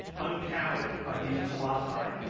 uncowed by these colossi,